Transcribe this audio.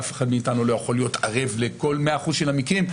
אף אחד מאיתנו לא יכול להיות ערב לכל 100% של המקרים.